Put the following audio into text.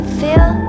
feel